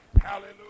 Hallelujah